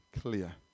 clear